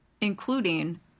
including